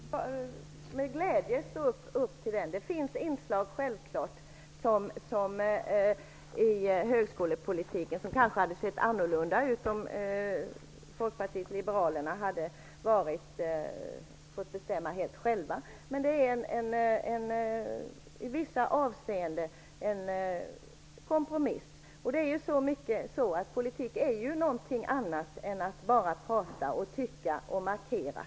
Fru talman! Jag skall med glädje ställa upp för den. Det finns självfallet inslag i högskolepolitiken som kanske hade sett annorlunda ut om Folkpartiet liberalerna hade fått bestämma helt självt. I vissa avseenden är det en kompromiss. Politik är ju något annat än att bara prata, tycka och markera.